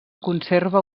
conserva